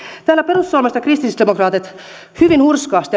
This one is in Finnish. täällä perussuomalaiset ja kristillisdemokraatit hyvin hurskaasti